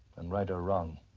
and right or wrong,